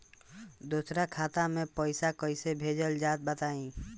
दोसरा खाता में पईसा कइसे भेजल जाला बताई?